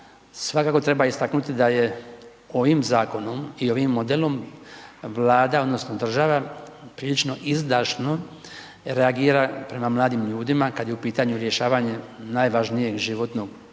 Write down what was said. svakako treba istaknuti da ovim zakonom i ovim modelom Vlada odnosno država, prilično izdašno reagira kad je u pitanju rješavanje najvažnijeg životnog